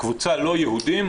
הקבוצה הלא יהודים,